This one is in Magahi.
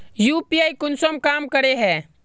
यु.पी.आई कुंसम काम करे है?